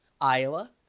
Iowa